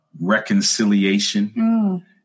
reconciliation